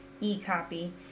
e-copy